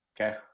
Okay